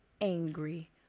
angry